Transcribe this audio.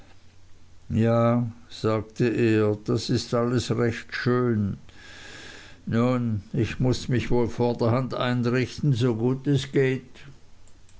ja sagte er das ist alles recht schön nun ich muß mich wohl vorderhand einrichten so gut es geht